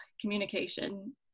communication